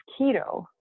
keto